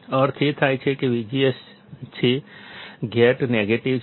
અર્થ એ થાય કે તે VGS છે ગેટ નેગેટિવ છે